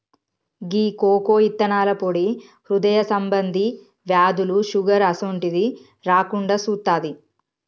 గీ cocoa ఇత్తనాల పొడి హృదయ సంబంధి వ్యాధులు, షుగర్ అసోంటిది రాకుండా సుత్తాది